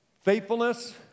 Faithfulness